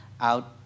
out